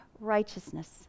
righteousness